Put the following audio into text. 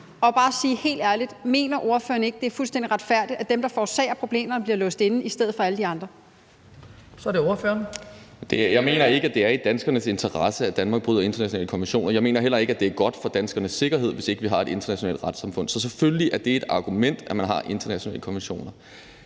men bare sige det helt ærligt: Mener ordføreren ikke, det er fuldstændig retfærdigt, at dem, der forårsager problemerne, bliver låst inde i stedet for alle de andre? Kl. 11:58 Den fg. formand (Hans Kristian Skibby): Så er det ordføreren. Kl. 11:58 Sigurd Agersnap (SF): Jeg mener ikke, at det er i danskernes interesse, at Danmark bryder internationale konventioner. Jeg mener heller ikke, det er godt for danskernes sikkerhed, hvis vi ikke har et internationalt retssamfund. Så selvfølgelig er det et argument, at man har internationale konventioner.